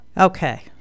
Okay